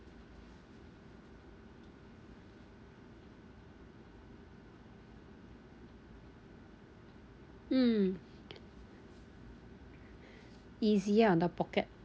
mm easier on the pocket